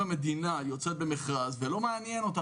אם המדינה יוצאת במכרז וזה לא מעניין אותה